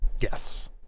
Yes